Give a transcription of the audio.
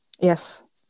Yes